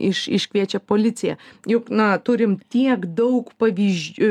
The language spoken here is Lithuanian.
iš iškviečia policiją juk na turim tiek daug pavyzdžių